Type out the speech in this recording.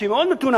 שהיא מאוד מתונה,